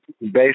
based